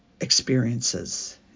experiences